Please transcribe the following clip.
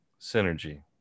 synergy